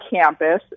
campus